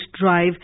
drive